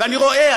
ואתה רואה,